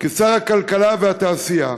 כשר הכלכלה והתעשייה,